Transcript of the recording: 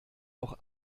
auch